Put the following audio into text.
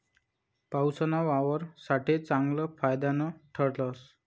पाऊसना वावर साठे चांगलं फायदानं ठरस